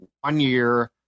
one-year –